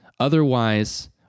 Otherwise